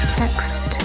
text